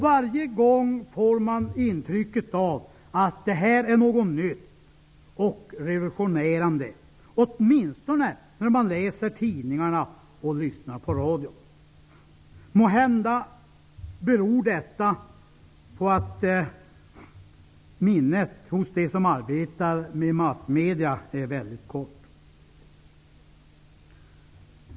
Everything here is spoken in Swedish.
Varje gång får man intrycket av att det här är något nytt och revolutionerande, åtminstone när man läser tidningarna och lyssnar på radion. Måhända beror det på att minnet hos dem som arbetar med massmedia är mycket kort.